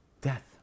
Death